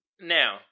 now